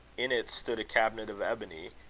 in it stood a cabinet of ebony,